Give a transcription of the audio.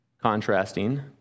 contrasting